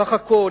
סך הכול,